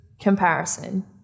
comparison